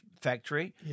factory